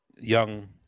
young